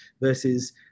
versus